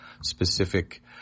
specific